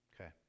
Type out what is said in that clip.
Okay